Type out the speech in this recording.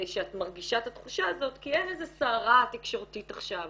שאת מרגישה את התחושה הזאת כי אין איזה סערה תקשורתית עכשיו.